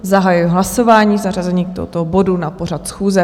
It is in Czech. Zahajuji hlasování k zařazení tohoto bodu na pořad schůze.